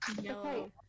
No